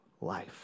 life